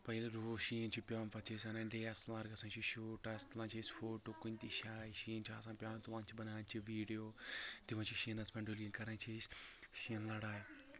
پتہٕ ییٚلہِ روٗد شیٖن چھُ پٮ۪وان پتہٕ چھِ أسۍ انان ڈی اٮ۪س اٮ۪ل آر گژھان چھِ شوٗٹس تُلان چھِ أسۍ فوٹو کُنہِ تہِ جایہِ شیٖن چھُ آسان پیٚوان تُلان چھِ بناوان چھِ ویٖڈیو دِوان چھِ شیٖنس پٮ۪ٹھ ڈُلگٕنۍ کران چھِ أسۍ شیٖنہٕ لڑاے